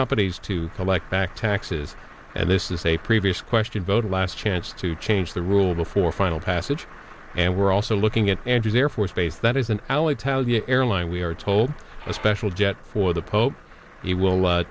companies to collect back taxes and this is a previous question voted last chance to change the rules before final passage and we're also looking at andrews air force base that is an alitalia airline we are told a special jet for the pope he will